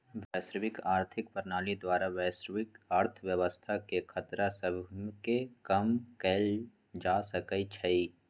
वैश्विक आर्थिक प्रणाली द्वारा वैश्विक अर्थव्यवस्था के खतरा सभके कम कएल जा सकइ छइ